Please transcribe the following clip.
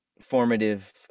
formative